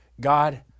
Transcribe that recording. God